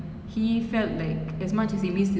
mm so like